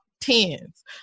tens